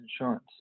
insurance